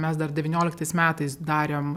mes dar devynioliktas metais darėm